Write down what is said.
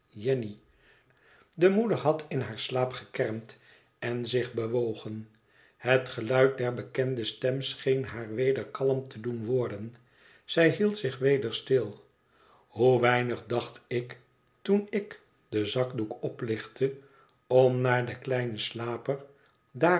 jenny de moeder had in haar slaap gekermd en zich bewogen het geluid der bekende stem scheen haar weder kalm te doen worden zij hield zich weder stil hoe weinig dacht ik toen ik den zakdoek oplichtte om naar den kleinen slaper